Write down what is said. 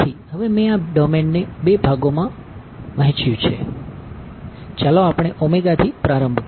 તેથી હવે મેં આ ડોમેનને 2 ભાગોમાં વહેંચ્યું છે ચાલો આપણે ઓમેગા થી પ્રારંભ કરીએ